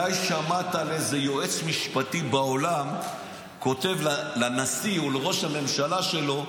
מתי שמעת על איזה יועץ משפטי בעולם שכותב לנשיא או לראש הממשלה שלו: